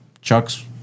Chuck's